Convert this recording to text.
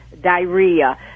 diarrhea